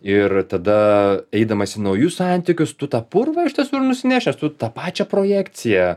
ir tada eidamas į naujus santykius tu tą purvą iš tiesų ir nusinešęs tu tą pačią projekciją